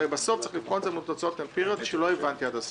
הרי בסוף צריך לבחון את זה מול תוצאות אמפיריות שלא הבנתי עד הסוף.